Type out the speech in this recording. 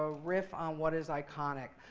ah riff on what is iconic.